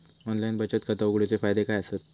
Online बचत खाता उघडूचे फायदे काय आसत?